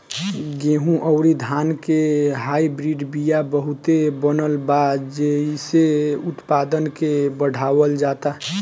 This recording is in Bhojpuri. गेंहू अउरी धान के हाईब्रिड बिया बहुते बनल बा जेइसे उत्पादन के बढ़ावल जाता